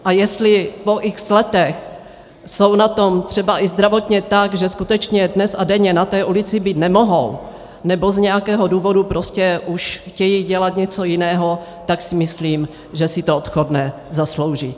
A jestli po x letech jsou na tom třeba i zdravotně tak, že skutečně dnes a denně na té ulici být nemohou, nebo z nějakého důvodu prostě už chtějí dělat něco jiného, tak si myslím, že si to odchodné zaslouží.